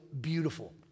Beautiful